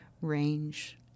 range